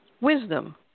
Wisdom